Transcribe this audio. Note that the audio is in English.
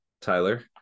Tyler